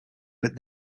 but